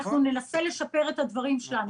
אנחנו ננסה לשפר את הדברים שלנו'.